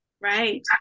Right